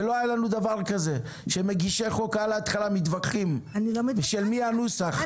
ולא היה לנו דבר כזה שמגישי חוק על ההתחלה מתווכחים של מי הנוסח.